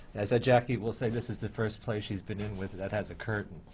i said, jackie will say this is the first play she's been in with that has a curtain.